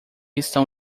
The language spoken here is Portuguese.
estão